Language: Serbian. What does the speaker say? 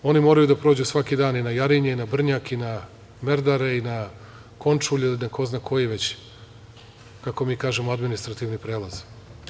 Oni moraju da prođu svaki dan i na Jarinje i na Brnjak i na Merdare i na Končulj i na ko zna koji već, kako mi kažemo, administrativni prelaz.